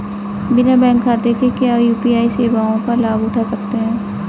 बिना बैंक खाते के क्या यू.पी.आई सेवाओं का लाभ उठा सकते हैं?